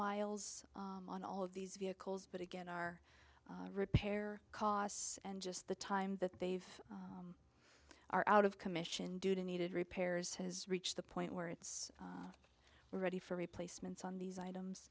miles on all of these vehicles but again our repair costs and just the time that they've are out of commission due to needed repairs has reached the point where it's ready for replacements on these items